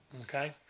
Okay